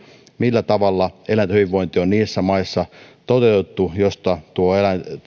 millä tavalla eläinten hyvinvointi on toteutettu niissä maissa joista